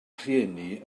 rhieni